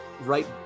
right